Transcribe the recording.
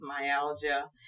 myalgia